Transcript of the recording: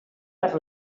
per